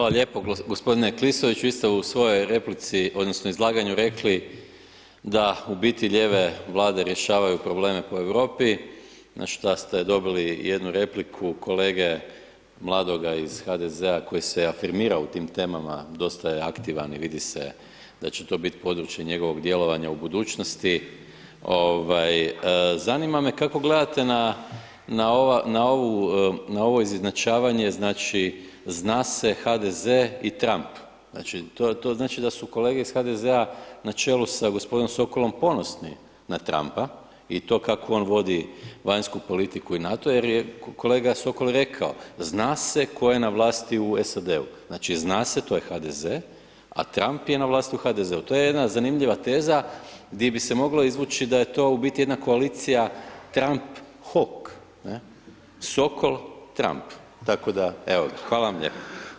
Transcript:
Hvala lijepo. g. Klisović, vi ste u svojoj replici odnosno izlaganju rekli da u biti ljeve Vlade rješavaju probleme po Europi, na šta ste dobili jednu repliku kolege mladoga iz HDZ-a koji se i afirmirao u tim temama, dosta je aktivan i vidi se da će to biti područje njegovog djelovanje u budućnosti, zanima me kako gledate na ovo izjednačavanje, znači, ZNA SE HDZ i Trump, znači, to znači da su kolege iz HDZ-a na čelu sa g. Sokolom ponosni na Trumpa i to kako on vodi vanjsku politiku i NATO jer je kolega Sokol rekao „zna se tko je na vlasti u SAD-u“, znači, ZNA SE, to je HDZ, a Trump je na vlasti u HDZ-u, to je jedna zanimljiva teza di bi se moglo izvući da je to u biti jedna koalicija Trump hok, Sokol-Trump, tako da evo, hvala vam lijepo.